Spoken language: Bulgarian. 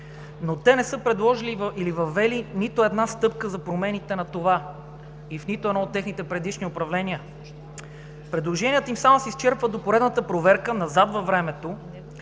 но те не са предложили или въвели нито една стъпка за промените на това и в нито едно от техните предишни управления. Предложенията им само се изчерпват до поредната проверка назад във времето,